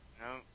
No